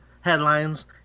headlines